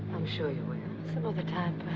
i'm sure you were. some other time